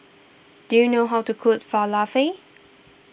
do you know how to cook Falafel